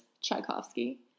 Tchaikovsky